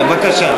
בבקשה.